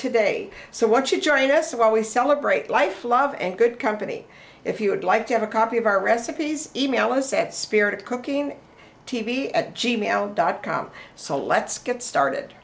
today so once you join us while we celebrate life love and good company if you would like to have a copy of our recipes email us at spirit cooking t v at g mail dot com so let's get started